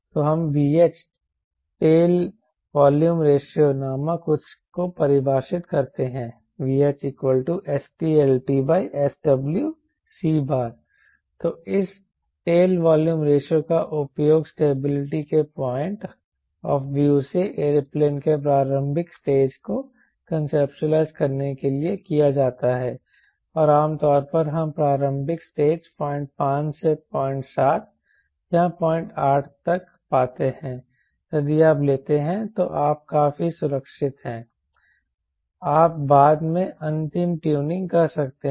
तो हम VH tail volume रेशों नामक कुछ को परिभाषित करते हैं VHStSw ltC तो इस टेल वॉल्यूम रेशों का उपयोग स्टेबिलिटी के पॉइंट ऑफ व्यू से एयरप्लेन के प्रारंभिक स्टेज को कोंसेप्टूलाइज़ करने के लिए किया जाता है और आमतौर पर हम प्रारंभिक स्टेज 05 से 07 या 08 तक पाते हैं यदि आप लेते हैं तो आप काफी सुरक्षित हैं आप बाद में अंतिम ट्यूनिंग कर सकते हैं